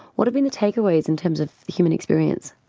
what have been the takeaways in terms of the human experience?